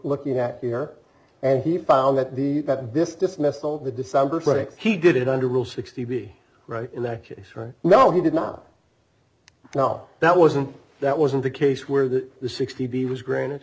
looking at here and he found that the that this dismissed all the december he did it under rule sixty right in that case right now he did not know that wasn't that wasn't the case where the the sixty b was granted